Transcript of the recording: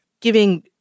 giving